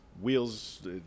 wheels